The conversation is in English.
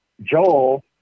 Joel